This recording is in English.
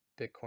bitcoin